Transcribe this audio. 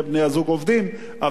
אבל הם נחשבים עניים.